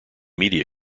media